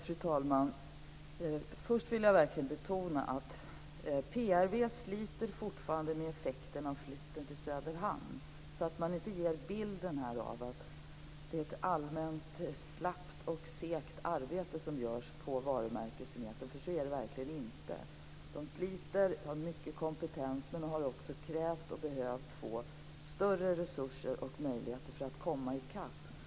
Fru talman! Först vill jag verkligen betona att PRV fortfarande sliter med effekterna av flytten till Söderhamn. Vi får inte ge bilden av att det är ett allmänt slappt och segt arbete som görs på varumärkesenheten. Så är det verkligen inte. De sliter och har stor kompetens, men de har också behövt och krävt att få större resurser och möjligheter för att komma i kapp.